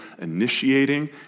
initiating